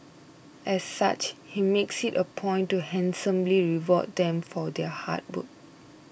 as such he makes it a point to handsomely reward them for their hard work